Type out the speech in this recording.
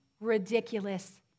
ridiculous